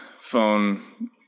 phone